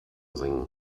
singen